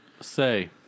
say